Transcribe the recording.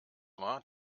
war